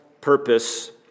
purpose